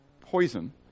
poison